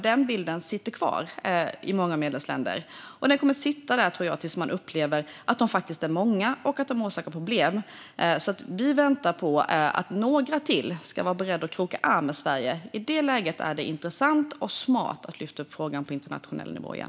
Den bilden finns kvar i många medlemsländer. Jag tror att den kommer att sitta där tills man upplever att sälarna faktiskt är många och orsakar problem. Vi väntar på att några till ska vara beredda att kroka arm med Sverige. I det läget är det intressant och smart att lyfta upp frågan på internationell nivå igen.